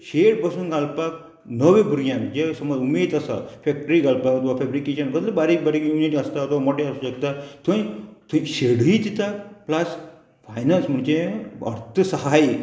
shade बसून घालपाक नव्या भुरग्यांक जे समज उमेद आसा फॅक्ट्री घालपाक वा फॅब्री किचन कसले बारीक बारीक युनिट आसता मोटे आसूं शेकता थंय थंय शेडूय दिता प्लस फायनल्स म्हणजे फक्त सहाय